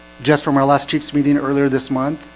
just for my last chiefs meeting earlier this month.